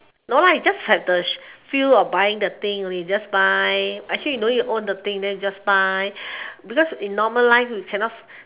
no lah you just have the sh~ feel of buying the thing only just buy actually you no need to own that thing then you just buy because in normal life we cannot